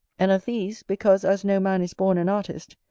and of these, because as no man is born an artist,